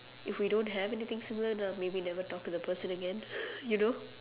if we don't have anything similar then maybe I'll never talk to the person again you know